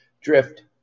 drift